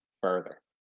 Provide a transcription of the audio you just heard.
further